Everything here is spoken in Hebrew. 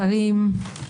שרים,